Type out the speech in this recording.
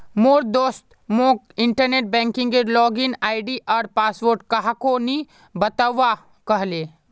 मोर दोस्त मोक इंटरनेट बैंकिंगेर लॉगिन आई.डी आर पासवर्ड काह को नि बतव्वा कह ले